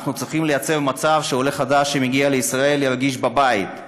אנחנו צריכים לייצר מצב שעולה חדש שמגיע לישראל ירגיש בבית,